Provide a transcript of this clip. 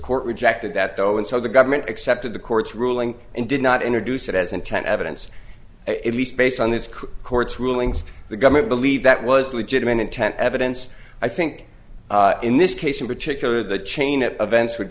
court rejected that though and so the government accepted the court's ruling and did not introduce it as intent evidence it was based on the court's rulings the government believe that was legitimate intent evidence i think in this case in particular the chain of events would